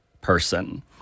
person